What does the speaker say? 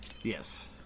Yes